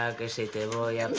ah god's sake! diego